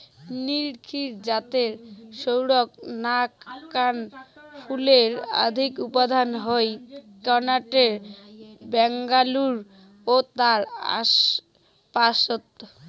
নিরক্ষীয় জাতের সৌগ নাকান ফুলের অধিক উৎপাদন হই কর্ণাটকের ব্যাঙ্গালুরু ও তার আশপাশত